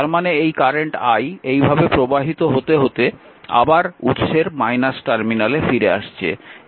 তার মানে এই কারেন্ট i এইভাবে প্রবাহিত হতে হতে আবার উৎসের টার্মিনালে ফিরে আসছে